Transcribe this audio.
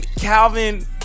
Calvin